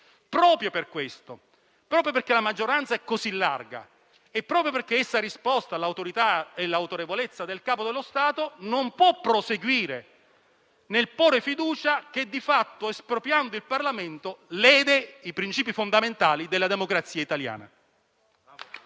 del Parlamento. Proprio perché la maggioranza è così larga ed ha risposto all'autorevolezza del Capo dello Stato, non può proseguire nel porre la fiducia che, di fatto, espropriando il Parlamento lede i principi fondamentali della democrazia italiana.